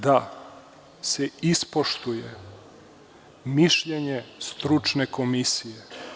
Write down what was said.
Da se ispoštuje mišljenje stručne komisije.